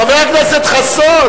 חברת הכנסת זוארץ.